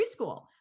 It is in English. preschool